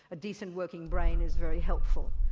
a decent working brain is very helpful.